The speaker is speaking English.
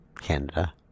Canada